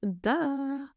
Duh